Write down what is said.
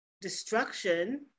destruction